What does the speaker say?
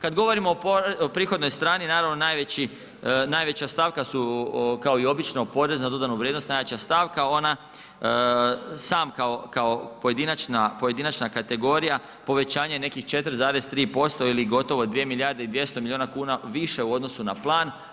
Kada govorimo o prihodnoj strani naravno najveća stavka su kao i obično porez na dodanu vrijednost, najjača stavka, ona, sam kao pojedinačna kategorija povećanje nekih 4,3% ili gotovo 2 milijarde i 200 milijuna kuna više u odnosu na plan.